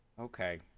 okay